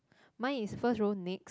mine is first row next